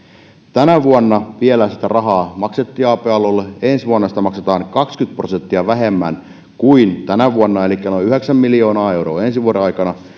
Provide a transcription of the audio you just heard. tänä vuonna vielä sitä rahaa maksettiin ab alueille ensi vuonna sitä maksetaan kaksikymmentä prosenttia vähemmän kuin tänä vuonna elikkä noin yhdeksän miljoonaa euroa ensi vuoden aikana